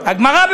הגמרא,